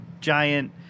giant